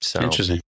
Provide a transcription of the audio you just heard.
Interesting